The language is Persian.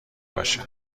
باشه